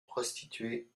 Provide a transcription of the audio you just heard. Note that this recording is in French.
prostituée